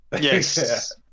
Yes